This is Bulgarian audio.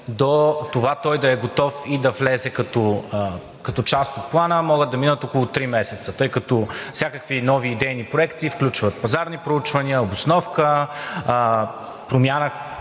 до това той да е готов и да влезе като част от Плана. Могат да минат около три месеца, тъй като всякакви нови идейни проекти включват пазарни проучвания, обосновка, промяна